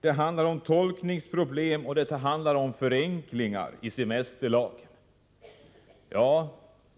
Det handlar vidare om tolkningsproblem och förenklingar i semesterlagen.